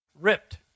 Ripped